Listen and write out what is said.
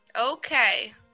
Okay